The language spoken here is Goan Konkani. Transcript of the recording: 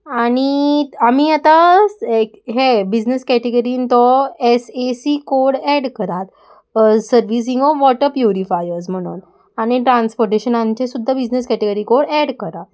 आनी आमी आतां एक हे बिजनस कॅटेगरींत तो S A C code add करात सर्विसींग ऑफ वॉटर प्युरिफायर्स म्हणून आनी ट्रान्सपोर्टेशनांचे सुद्दां बिजनस कॅटेगरी कोड एड करा